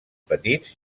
petits